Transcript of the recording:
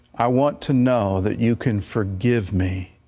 i want to know that you can forgive me,